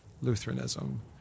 Lutheranism